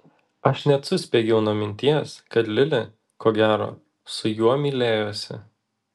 aš net suspiegiau nuo minties kad lili ko gero su juo mylėjosi